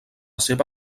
seva